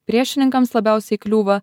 priešininkams labiausiai kliūva